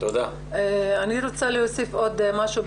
אני רוצה להוסיף עוד משהו,